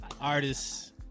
artists